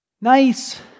nice